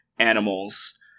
Animals